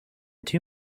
too